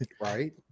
right